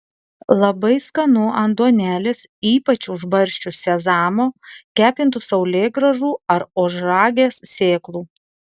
labai skanu ant duonelės ypač užbarsčius sezamo kepintų saulėgrąžų ar ožragės sėklų